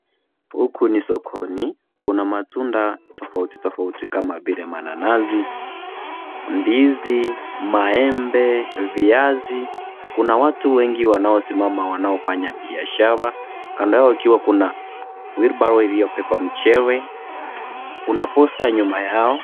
Huku ni sokoni kuna matunda tofauti tofauti kama vile mananazi, ndizi, maembe viazi kuna watu wengi wanaosimama wanao fanya biashara kando yao kuna wheelbarrow iliyobeba mchele kuna posta nyuma yao.